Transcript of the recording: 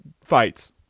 fights